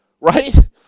right